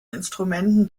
instrumenten